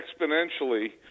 exponentially